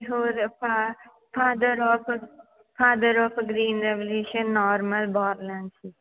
ਹੋਰ ਫ father of father of green revolution ਔਰ